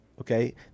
okay